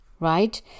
Right